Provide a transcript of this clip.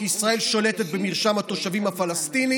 כי ישראל שולטת במרשם התושבים הפלסטיני